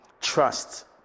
Trust